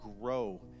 grow